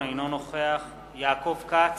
אינו נוכח יעקב כץ,